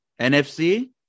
NFC